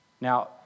Now